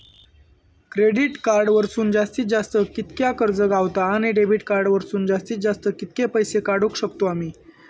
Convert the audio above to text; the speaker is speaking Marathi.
क्रेडिट कार्ड वरसून जास्तीत जास्त कितक्या कर्ज गावता, आणि डेबिट कार्ड वरसून जास्तीत जास्त कितके पैसे काढुक शकतू आम्ही?